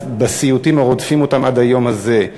בסיוטים הרודפים אותם עד היום הזה.